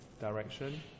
direction